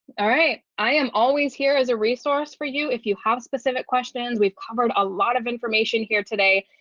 all right. i am always here as a resource for you. if you have specific questions. we've covered a lot of information here today.